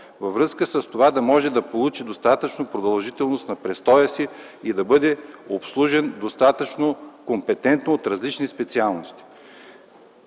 във връзка с това да може да получи достатъчно продължителност на престоя си и да бъде обслужен достатъчно компетентно от различни специалисти.